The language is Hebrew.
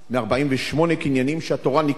מ-48 קניינים שהתורה נקנית בהם.